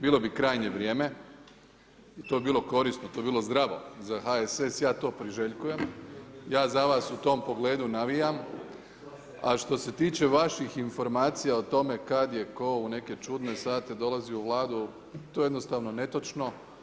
Bilo bi krajnje vrijeme i to bi bilo korisno, to bi bilo zdravo za HSS, ja to priželjkujem, ja za vas u tom pogledu navijam, a što se tiče vaših informacija o tome kad je tko u neke čudne sate dolazio u Vladu, to jednostavno netočno.